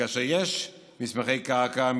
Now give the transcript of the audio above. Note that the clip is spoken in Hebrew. וכאשר יש מסמכי קרקע,